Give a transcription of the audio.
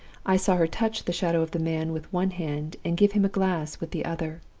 i saw her touch the shadow of the man with one hand, and give him a glass with the other.